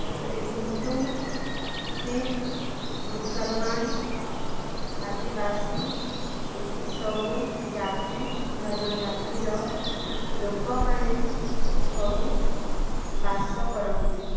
ଭାରତରେ ହିନ୍ଦୁ ଶିଖ୍ ମୁସଲମାନ ଆଦିବାସୀ ଏହିସବୁ ଜାତି ଜନଜାତିର ଲୋକମାନେ ସବୁ ବାସ କରନ୍ତି